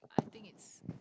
I think it's